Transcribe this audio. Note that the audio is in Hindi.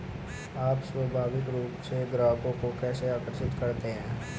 आप स्वाभाविक रूप से ग्राहकों को कैसे आकर्षित करते हैं?